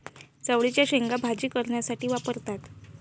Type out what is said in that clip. चवळीच्या शेंगा भाजी करण्यासाठी वापरतात